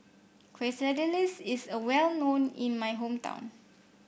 quesadillas is a well known in my hometown